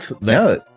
No